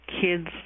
kids